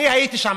אני הייתי שם.